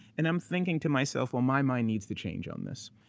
and i'm thinking to myself, well, my mind needs to change on this,